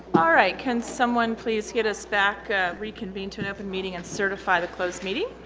all right can someone please get us back reconvene to an open meeting and certify the closed meeting